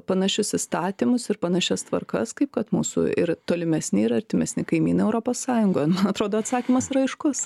panašius įstatymus ir panašias tvarkas kaip kad mūsų ir tolimesni ir artimesni kaimynai europos sąjungoj atrodo atsakymas yra aiškus